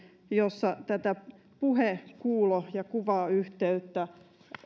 jossa tätä puhe kuulo ja kuvayhteyttä